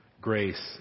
grace